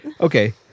Okay